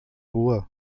ruhe